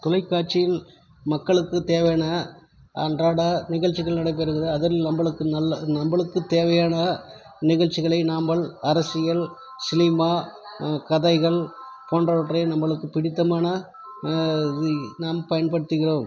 தொலைக்காட்சியில் மக்களுக்கு தேவையான அன்றாட நிகழ்ச்சிகள் நடக்கிறதுல அதில் நம்பளுக்கு நல்ல நம்பளுக்கு தேவையான நிகழ்ச்சிகளை நாம்பள் அரசியல் சினிமா கதைகள் போன்றவற்றை நம்மளுக்கு பிடித்தமான நம் பயன்படுத்துகிறோம்